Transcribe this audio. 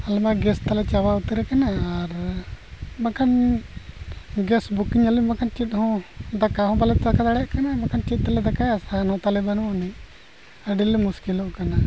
ᱟᱞᱮᱢᱟ ᱜᱮᱥ ᱛᱟᱞᱮ ᱪᱟᱵᱟ ᱩᱛᱟᱹᱨ ᱟᱠᱟᱱᱟ ᱟᱨ ᱵᱟᱠᱷᱟᱱ ᱜᱮᱥ ᱵᱩᱠᱤᱝ ᱟᱞᱮ ᱵᱟᱠᱷᱟᱱ ᱪᱮᱫ ᱦᱚᱸ ᱫᱟᱠᱟ ᱦᱚᱸ ᱵᱟᱞᱮ ᱫᱟᱠᱟ ᱫᱟᱲᱮᱭᱟᱜ ᱠᱟᱱᱟ ᱵᱟᱠᱷᱟᱱ ᱪᱮᱫ ᱛᱟᱞᱮ ᱫᱟᱠᱟᱭᱟ ᱥᱟᱦᱟᱱ ᱦᱚᱸ ᱛᱟᱞᱮ ᱵᱟᱹᱱᱩᱜ ᱟᱹᱱᱤᱡ ᱟᱹᱰᱤᱞᱮ ᱢᱩᱥᱠᱤᱞᱚᱜ ᱠᱟᱱᱟ